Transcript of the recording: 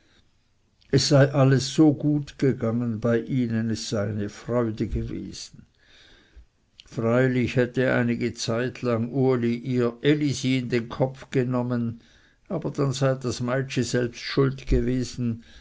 es sei alles so gut gegangen bei ihnen es sei eine freude gewesen freilich hätte einige zeit lang uli ihr elisi in den kopf genommen aber daran sei das meitschi selbst schuld gewesen